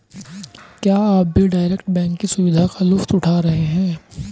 क्या आप भी डायरेक्ट बैंक की सुविधा का लुफ्त उठा रहे हैं?